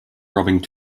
robbing